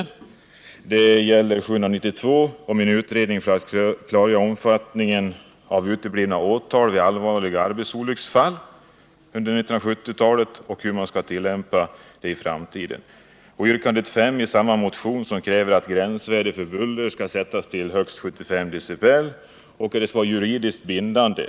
I yrkandet 2 i motionen 792 föreslås en utredning för att klargöra omfattningen av uteblivna åtal vid allvarliga arbetsolycksfall under 1970-talet och hur lagen skall tillämpas i framtiden. I yrkandet 5 i samma motion krävs att gränsvärde för buller skall sättas till högst 75 decibel, och det skall vara juridiskt bindande.